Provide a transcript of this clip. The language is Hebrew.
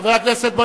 חבר הכנסת,